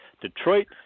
Detroit